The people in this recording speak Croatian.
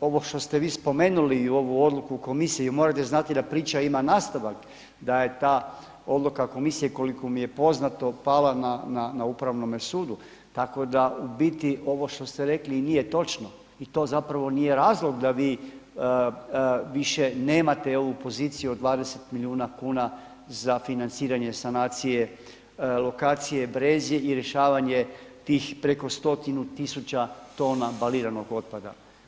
ovo što te vi spomenuli i ovu odluku komisije, morate znati da priča ima nastavak, da je ta odluka komisije koliko mi je poznato, pala na Upravnome sudu, tako da u biti ovo što ste rekli i nije točno i to zapravo nije razloga da vi više nemate ovu poziciju od 20 milijuna kuna za financiranje sanacije lokacije Brezje i rješavanje tih preko stotinu tisuća tona baliranog otpada.